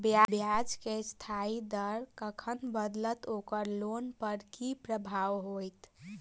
ब्याज केँ अस्थायी दर कखन बदलत ओकर लोन पर की प्रभाव होइत?